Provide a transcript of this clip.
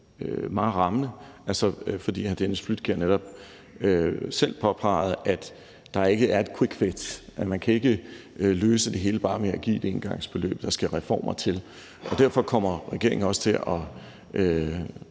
meget rammende, fordi han netop selv påpegede, at der ikke er et quickfix, at man ikke kan løse det hele bare ved at give et engangsbeløb, men at der skal reformer til. Derfor kommer regeringen også til at